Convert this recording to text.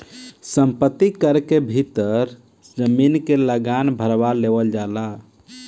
संपत्ति कर के भीतर जमीन के लागान भारवा लेवल जाला